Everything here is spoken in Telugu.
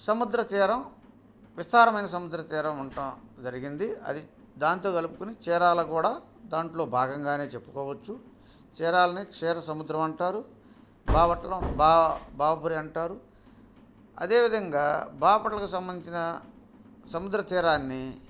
సముద్ర తీరం విస్తారమైన సముద్ర తీరం ఉండడం జరిగింది అది దానితో కలుపుకొని చీరాల కూడా దాంట్లో భాగంగానే చెప్పుకోవచ్చు చీరాలని క్షీరసముద్రం అంటారు బాపట్ల బాపూరి అంటారు అదేవిధంగా బాపట్లకి సంబంధించిన సముద్రతీరాన్ని